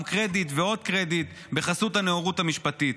קרדיט ועוד קרדיט בחסות הנאורות המשפטית.